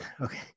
Okay